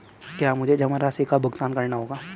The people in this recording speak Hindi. क्या मुझे जमा राशि का भुगतान करना होगा?